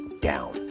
down